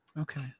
Okay